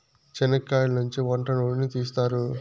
చనిక్కయలనుంచి వంట నూనెను తీస్తారు